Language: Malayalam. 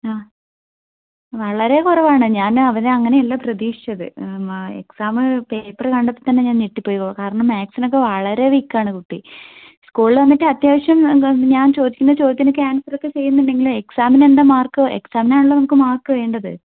ആഹ് വളരെ കുറവാണ് ഞാൻ അവനെ അങ്ങനെ അല്ല പ്രതീക്ഷിച്ചത് എക്സാം പേപ്പർ കണ്ടപ്പോൾത്തന്നെ ഞാൻ ഞെട്ടിപ്പോയി കാരണം മാത്സിനൊക്കെ വളരെ വീക്ക് ആണ് കുട്ടി സ്കൂളിൽ വന്നിട്ട് അത്യാവശ്യം ഞാൻ ചോദിക്കുന്ന ചോദ്യത്തിനൊക്കെ ഏൻസർ ഒക്കെ ചെയ്യുന്നുണ്ടെങ്കിലും എക്സാമിനെന്താ മാർക്ക് എക്സാമിനാണല്ലോ നമുക്ക് മാർക്ക് വേണ്ടത്